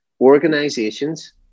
organizations